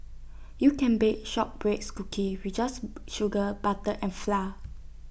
you can bake shortbread cookie with just sugar butter and flour